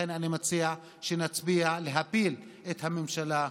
לכן אני מציע שנצביע להפיל את הממשלה הזאת.